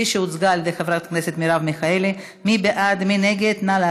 עברה בקריאה ראשונה ועוברת לוועדת החוקה,